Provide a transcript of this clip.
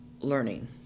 learning